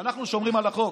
שאנחנו שומרים על החוק.